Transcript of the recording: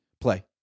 play